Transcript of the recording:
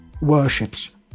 worships